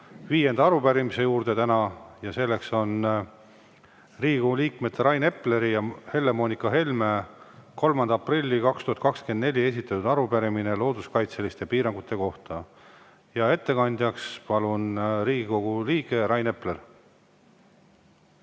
viienda arupärimise juurde, selleks on Riigikogu liikmete Rain Epleri ja Helle-Moonika Helme 3. aprillil 2024 esitatud arupärimine looduskaitseliste piirangute kohta. Ettekandjaks palun siia Riigikogu liikme Rain Epleri.